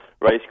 race